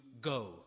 go